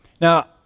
Now